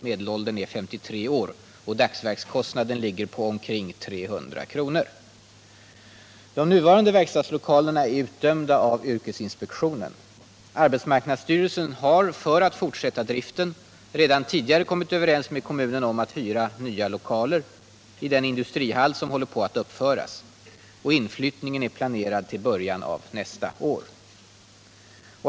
Medelåldern är 53 år och dagsverkskostnaden ligger på omkring 300 kr. De nuvarande verkstadslokalerna är utdömda av yrkesinspektionen. Arbetsmarknadsstyrelsen har, för att fortsätta driften, redan tidigare kommit överens med kommunen om att hyra nya lokaler i den industrihall som håller på att uppföras. Inflyttningen är planerad till början av nästa år.